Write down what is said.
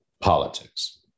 politics